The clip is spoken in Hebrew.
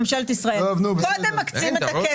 בממשלת ישראל קודם מקצים את הכסף.